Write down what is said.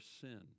sin